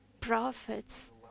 prophets